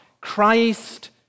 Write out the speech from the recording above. Christ